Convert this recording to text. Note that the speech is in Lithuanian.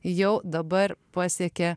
jau dabar pasiekė